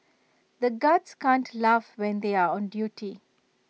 the guards can't laugh when they are on duty